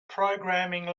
programming